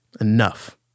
enough